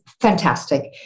fantastic